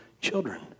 children